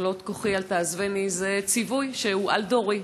ככלות כֹחי אל תעזבני" זה ציווי שהוא על-דורי,